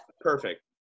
perfect